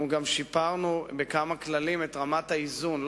אנחנו גם שיפרנו בכמה כללים את רמת האיזון: